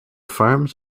farms